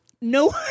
No